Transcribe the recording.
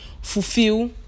fulfill